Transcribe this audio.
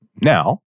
Now